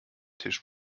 tisch